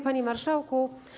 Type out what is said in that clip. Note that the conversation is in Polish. Panie Marszałku!